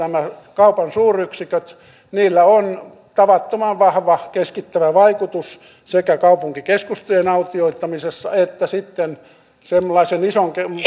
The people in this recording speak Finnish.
kaupan suuryksiköt niillä on tavattoman vahva keskittävä vaikutus sekä kaupunkikeskusten autioittamisessa että sitten semmoisen ison